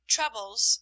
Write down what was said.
Troubles